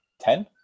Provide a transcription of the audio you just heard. ten